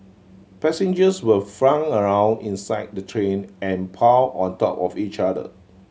passengers were flung around inside the train and piled on top of each other